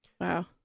Wow